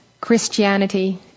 Christianity